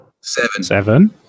Seven